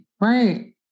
right